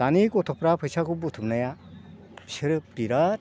दानि गथ'फ्रा फैसाखौ बुथुमनाया बिसोरो बिरात